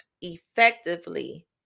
effectively